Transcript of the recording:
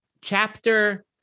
chapter